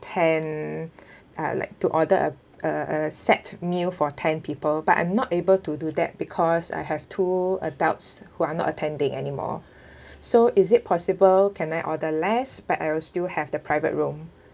ten uh like to order a a a set meal for ten people but I'm not able to do that because I have two adults who are not attending anymore so is it possible can I order less but I will still have the private room